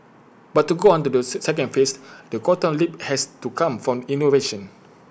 but to go on to the second phase the quantum leap has to come from innovation